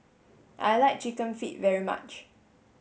I like chicken feet very much